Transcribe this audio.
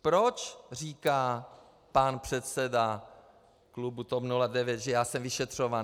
Proč říká pan předseda klubu TOP 09, že já jsem vyšetřován.